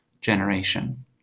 generation